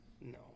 no